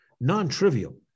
non-trivial